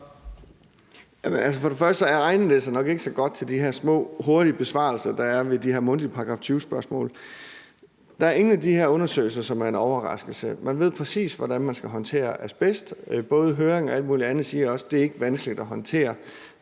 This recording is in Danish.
For det første egner det sig nok ikke til de her små hurtige besvarelser, der er ved de her mundtlige § 20-spørgsmål. Der er ingen af de her undersøgelser, som er en overraskelse. Man ved præcis, hvordan man skal håndtere asbest. Både høringer og alt mulig andet viser også, at det ikke er vanskeligt at håndtere